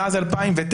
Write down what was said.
מאז 2009,